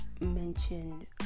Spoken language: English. mentioned